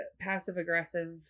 passive-aggressive